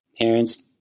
parents